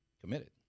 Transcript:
committed